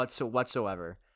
Whatsoever